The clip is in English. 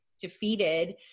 defeated